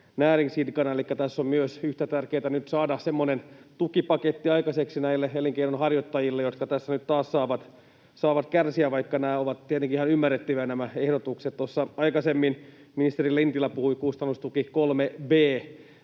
Elikkä tässä on myös yhtä tärkeätä nyt saada semmoinen tukipaketti aikaiseksi näille elinkeinonharjoittajille, jotka tässä nyt taas saavat kärsiä, vaikka nämä ehdotukset ovat tietenkin ihan ymmärrettäviä. Tuossa aikaisemmin ministeri Lintilä puhui kustannustuki 3